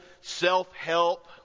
self-help